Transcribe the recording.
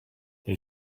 they